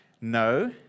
No